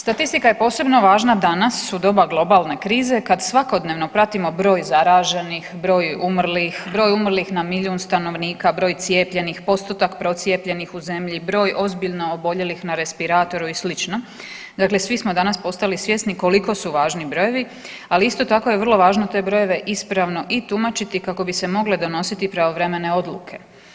Statistika je posebno važna danas u doba globalne krize kad svakodnevno pratimo broj zaraženih, broj umrlih, broj umrlih na milijun stanovnika, broj cijepljenih, postotak procijepljenih u zemlji, broj ozbiljno oboljelih na respiratoru i slično, dakle svi smo danas postali svjesni koliko su važni brojevi, ali isto tako je vrlo važno te brojeve ispravno i tumačiti kako bi se mogle donositi pravovremene odluke.